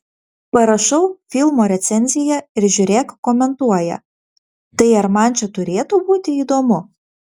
parašau filmo recenziją ir žiūrėk komentuoja tai ar man čia turėtų būti įdomu